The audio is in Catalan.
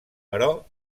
però